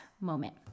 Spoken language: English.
moment